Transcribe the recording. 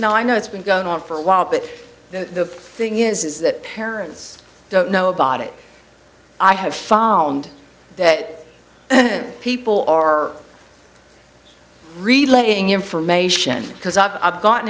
now i know it's been going on for a while but the thing is is that parents don't know about it i have found that people are relaying information because i've gotten